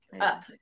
up